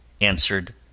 ANSWERED